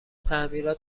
تعمیرات